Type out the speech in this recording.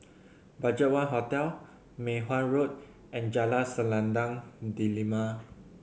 BudgetOne Hotel Mei Hwan Road and Jalan Selendang Delima